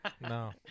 No